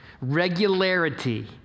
Regularity